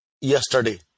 yesterday